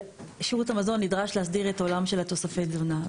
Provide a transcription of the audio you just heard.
שירות המזון נדרש להסדיר את עולם של תוספי התזונה.